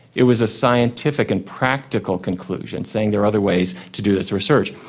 it was a scientific and practical conclusion, saying there are other ways to do this research.